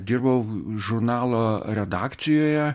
dirbau žurnalo redakcijoje